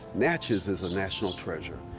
natchez is a national treasure,